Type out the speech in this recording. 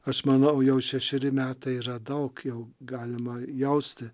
aš manau jau šešeri metai yra daug jau galima jausti